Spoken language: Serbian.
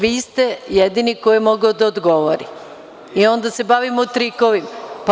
Vi ste jedini koji je mogao da odgovori i onda se bavimo trikovima.